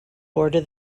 border